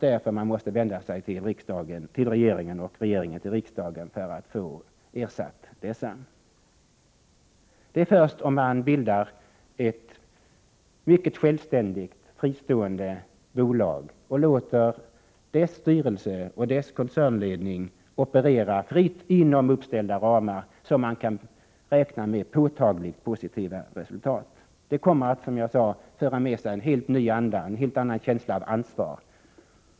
Därför måste man vända sig till regeringen, som i sin tur vänder sig till riksdagen för att få dessa förluster ersatta. Det är först om man bildar ett mycket självständigt och fristående bolag samt låter dess styrelse och koncernledning operera fritt inom uppställda ramar som man kan räkna med påtagligt positiva resultat. Det kommer att, som jag sade, föra med sig en helt ny anda och en helt annan känsla av ansvar.